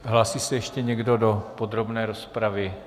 Hlásí se ještě někdo do podrobné rozpravy?